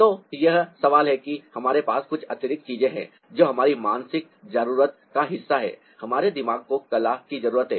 तो यह सवाल है कि हमारे पास कुछ अतिरिक्त चीजें हैं जो हमारी मानसिक जरूरत का हिस्सा हैं हमारे दिमाग को कला की जरूरत है